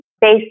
based